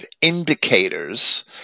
indicators